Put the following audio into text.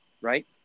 right